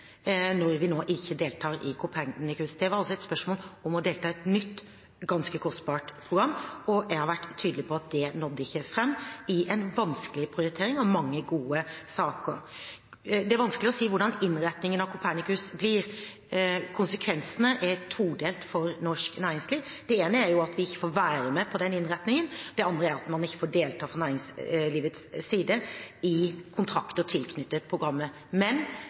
når vi nå ikke deltar i Copernicus. Det var altså spørsmål om å delta i et nytt, ganske kostbart program, og jeg har vært tydelig på at det ikke nådde fram i en vanskelig prioritering av mange gode saker. Det er vanskelig å si hvordan innretningen av Copernicus blir. Konsekvensene er todelt for norsk næringsliv. Det ene er at vi ikke får være med på den innretningen, det andre er at man ikke får delta på næringslivets side i kontrakter tilknyttet programmet. Men